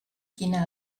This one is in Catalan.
quina